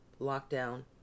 lockdown